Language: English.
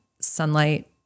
sunlight